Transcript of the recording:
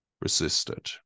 resisted